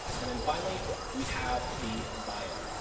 and then finally we have the bio,